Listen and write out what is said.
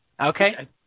Okay